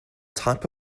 type